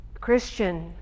Christian